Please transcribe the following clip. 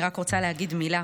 אני רק רוצה להגיד מילה.